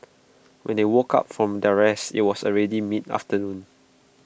when they woke up from their rest IT was already mid afternoon